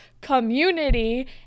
community